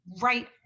right